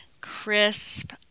crisp